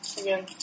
again